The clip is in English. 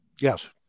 yes